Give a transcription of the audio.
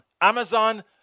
Amazon